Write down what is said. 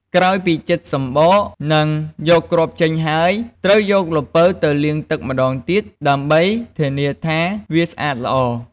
ក្រោយពីចិតសំបក និងយកគ្រាប់ចេញហើយ ត្រូវយកល្ពៅទៅលាងទឹកម្តងទៀត ដើម្បីធានាថាវាស្អាតល្អ។